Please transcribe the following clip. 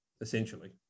essentially